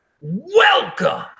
Welcome